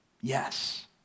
Yes